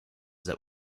that